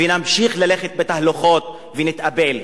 ונמשיך ללכת בתהלוכות ונתאבל.